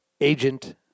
agent